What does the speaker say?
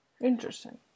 Interesting